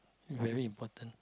very important